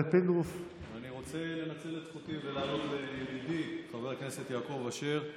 אני רוצה לנצל את זכותי ולענות לידידי חבר הכנסת יעקב אשר.